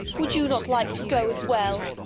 would you not like to go as well?